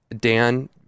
Dan